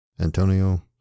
Antonio